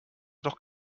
doch